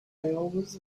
always